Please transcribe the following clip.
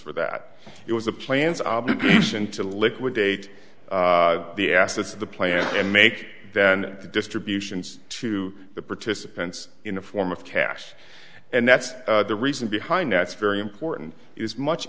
for that it was a plan's obligation to liquidate the assets of the plant and make then the distributions to the participants in the form of cash and that's the reason behind that's very important it's much